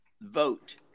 vote